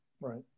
Right